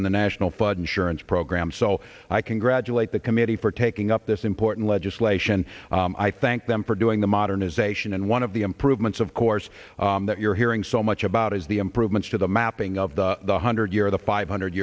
in the national flood insurance program so i congratulate the committee for taking up this important legislation i thanked them for doing the modernization and one of the improvements of course that you're hearing so much about is the improvements to the mapping of the one hundred year the five hundred